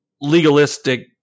legalistic